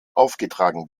aufgetragen